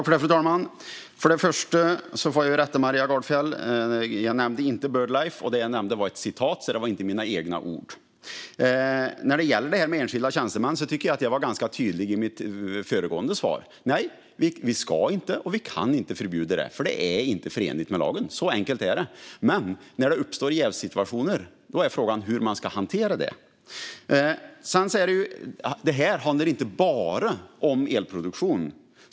Fru talman! Först och främst får jag rätta Maria Gardfjell. Jag nämnde inte Bird Life. Det som jag nämnde var vad någon annan hade sagt, så det var inte mina egna ord. När det gäller enskilda tjänstemän tycker jag att jag var ganska tydlig i mitt föregående svar. Nej, vi ska inte och vi kan inte förbjuda att man är med i en organisation eftersom det inte är förenligt med lagen. Så enkelt är det. Men när det uppstår jävssituationer är frågan hur man ska hantera dem. Detta handlar inte bara om elproduktion.